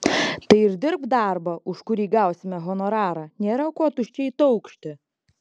tai ir dirbk darbą už kurį gausime honorarą nėra ko tuščiai taukšti